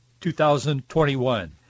2021